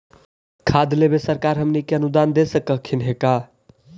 खाद लेबे सरकार हमनी के अनुदान दे सकखिन हे का?